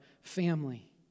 family